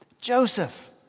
Joseph